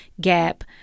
gap